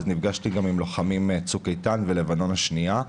ונפגשתי גם עם לוחמים מצוק איתן וממלחמת לבנון השנייה.